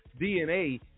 DNA